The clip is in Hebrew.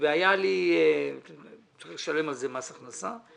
ועל זה צריך לשלם מס הכנסה,